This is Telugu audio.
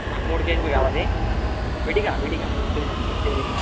నాకు మూడు కేజీలు కావాలి విడిగా విడిగా మూడు కేజీలు మూడు కేజీలు